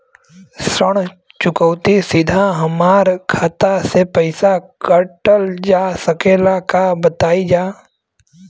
ऋण चुकौती सीधा हमार खाता से पैसा कटल जा सकेला का बताई जा?